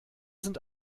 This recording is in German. sind